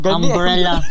umbrella